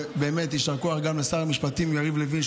ובאמת יישר כוח גם לשר המשפטים יריב לוין,